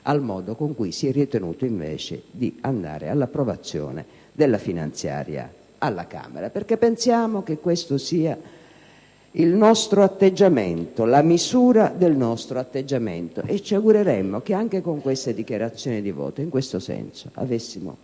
al modo con cui si è ritenuto, invece, di andare all'approvazione della finanziaria alla Camera, perché pensiamo che questo sia il nostro atteggiamento e la misura dello stesso, e il nostro auspicio è che, anche con queste dichiarazioni di voto, in questo senso possa